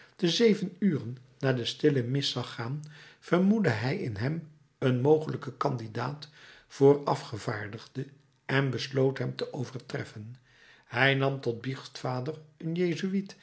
te zeven uren naar de stille mis zag gaan vermoedde hij in hem een mogelijken candidaat voor afgevaardigde en besloot hem te overtreffen hij nam tot biechtvader een jezuïet